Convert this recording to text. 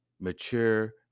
mature